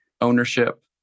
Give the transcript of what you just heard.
ownership